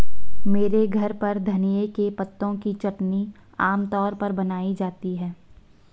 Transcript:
मेरे घर पर धनिए के पत्तों की चटनी आम तौर पर बनाई जाती है